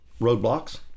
roadblocks